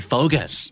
Focus